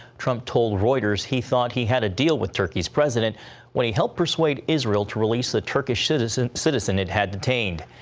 trump told reuters he thought he had a deal with turkey's president when he helped persuade israel to release a turkish citizen citizen it had detained.